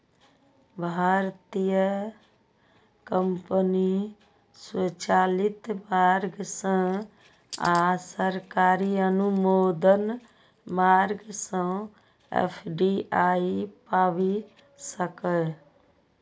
भारतीय कंपनी स्वचालित मार्ग सं आ सरकारी अनुमोदन मार्ग सं एफ.डी.आई पाबि सकैए